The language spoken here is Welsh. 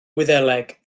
wyddeleg